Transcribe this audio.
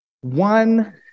One